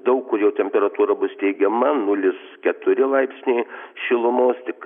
daug kur jau temperatūra bus teigiama nulis keturi laipsniai šilumos tik